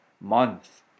month